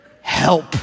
help